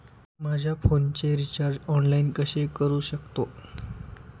माझ्या फोनचे recharge online कसे करू शकतो?